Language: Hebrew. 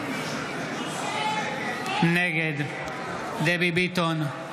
נגד דבי ביטון,